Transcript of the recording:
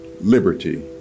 liberty